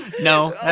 No